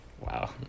Wow